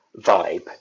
vibe